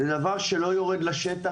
זה דבר שלא יורד לשטח.